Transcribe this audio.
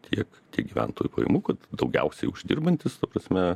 tiek tiek gyventojų pajamų kad daugiausiai uždirbantys ta prasme